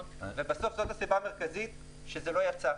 ובסוף זו הסיבה המרכזית שזה לא יצא.